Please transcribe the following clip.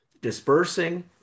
dispersing